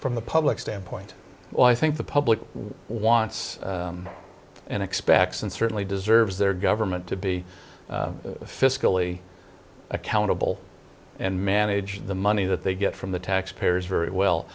from the public standpoint well i think the public wants and expects and certainly deserves their government to be fiscally accountable and manage the money that they get from the taxpayers very well